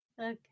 okay